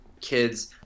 kids